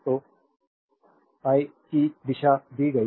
तो I की दिशा दी गई है